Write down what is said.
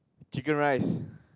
chicken rice